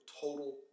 total